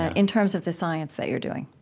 ah in terms of the science that you're doing.